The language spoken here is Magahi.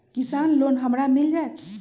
किसान लोन हमरा मिल जायत?